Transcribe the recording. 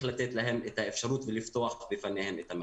לתת להם את האפשרות ולפתוח בפניהם את המרחב.